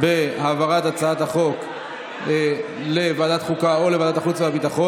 בהעברת הצעת החוק לוועדת החוקה או לוועדת החוץ והביטחון.